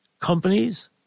companies